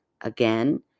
Again